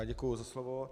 Děkuji za slovo.